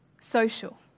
social